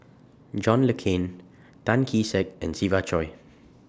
John Le Cain Tan Kee Sek and Siva Choy